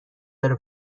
داره